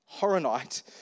Horonite